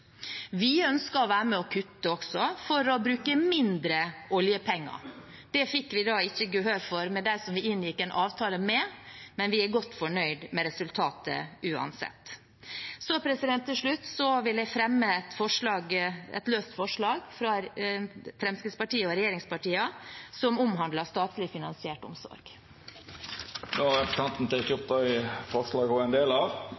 Vi ønsker å være med og kutte også, for å bruke mindre oljepenger. Det fikk vi ikke gehør for med dem vi inngikk en avtale med, men vi er godt fornøyd med resultatet uansett. Til slutt vil jeg fremme et løst forslag fra Fremskrittspartiet og regjeringspartiene som omhandler statlig finansiert omsorg. Representanten Sylvi Listhaug har teke opp det forslaget ho refererte til. Det vert replikkordskifte. Representanten